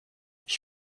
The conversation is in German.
ich